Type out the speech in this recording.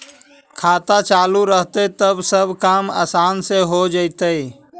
खाता चालु रहतैय तब सब काम आसान से हो जैतैय?